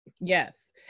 Yes